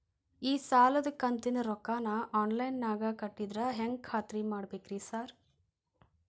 ಈ ಸಾಲದ ಕಂತಿನ ರೊಕ್ಕನಾ ಆನ್ಲೈನ್ ನಾಗ ಕಟ್ಟಿದ್ರ ಹೆಂಗ್ ಖಾತ್ರಿ ಮಾಡ್ಬೇಕ್ರಿ ಸಾರ್?